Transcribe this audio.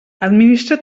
administra